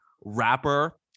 rapper